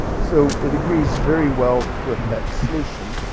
so it agrees very well with that solution.